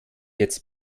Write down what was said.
jetzt